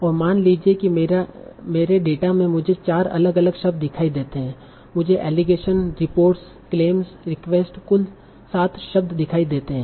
और मान लें कि मेरे डेटा में मुझे चार अलग अलग शब्द दिखाई देते हैं मुझे एलीगेशन रिपोर्ट्स क्लेम्स रिक्वेस्ट कुल सात शब्द दिखाई देते हैं